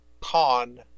con